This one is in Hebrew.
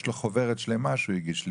יש לו חוברת שלמה שהוא הגיש לי,